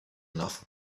enough